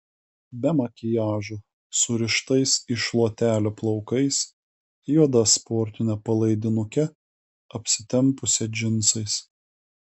be makiažo surištais į šluotelę plaukais juoda sportine palaidinuke apsitempusią džinsais